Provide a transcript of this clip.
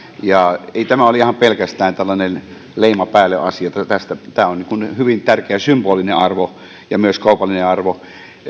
ja ei tämä ole ihan pelkästään leima päälle asia tällä on hyvin tärkeä symbolinen arvo ja myös kaupallinen arvo